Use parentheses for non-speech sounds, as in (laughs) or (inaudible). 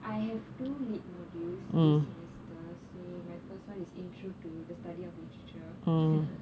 I have two lit modules this semester so my first one is introduction to the study of literature (laughs)